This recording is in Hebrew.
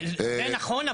זה נכון,